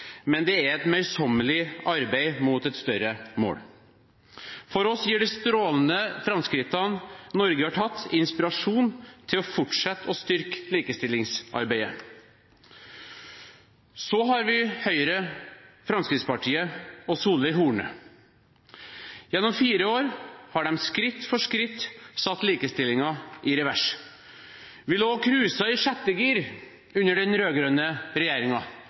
det er et møysommelig arbeid mot et større mål. For oss gir de strålende framskrittene Norge har hatt, inspirasjon til å fortsette å styrke likestillingsarbeidet. Så har vi Høyre, Fremskrittspartiet og Solveig Horne. Gjennom fire år har de, skritt for skritt, satt likestillingen i revers. Vi lå og cruiset i sjette gir under den